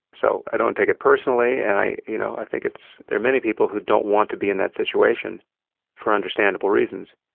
so i don't take it personally. and i you know i think there are many people who don't want to be in that situation for understandable reasons.